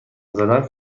زدن